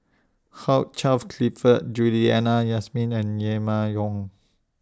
Hugh Charles Clifford Juliana Yasin and Yong